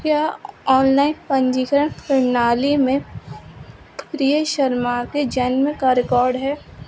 क्या ऑनलाइन पंजीकरण प्रणाली में प्रिय शर्मा के जन्म का रिकॉर्ड है